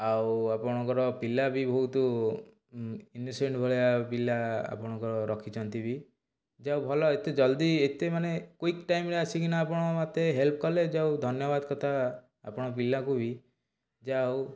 ଆଉ ଆପଣଙ୍କର ପିଲା ବି ବହୁତ ଇନୋସେଣ୍ଟ୍ ଭଳିଆ ପିଲା ଆପଣଙ୍କର ରଖିଚନ୍ତି ବି ଯାହାହଉ ଭଲ ଏତେ ଜଲ୍ଦି ଏତେମାନେ କ୍ଵିକ୍ ଟାଇମ୍ ରେ ଆସିକିନା ଆପଣ ମୋତେ ହେଲ୍ପ୍ କଲେ ଯାହାହେଉ ଧନ୍ୟବାଦ କଥା ଆପଣ ପିଲାକୁ ବି ଯାହାହେଉ